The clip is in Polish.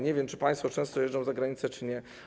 Nie wiem, czy państwo często jeżdżą za granicę, czy nie.